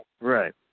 Right